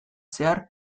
zehar